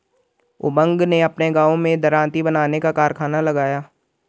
उमंग ने अपने गांव में दरांती बनाने का कारखाना लगाया